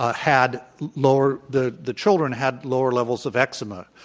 had lower the the children had lower le vels of eczema.